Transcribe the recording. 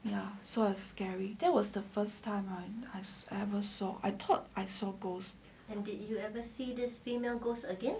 ya so a scary that was the first time I I've ever so I thought I saw ghosts and did you ever see this female ghost again